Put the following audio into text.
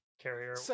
carrier